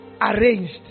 arranged